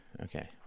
Okay